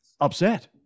upset